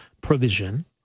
provision